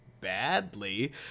Badly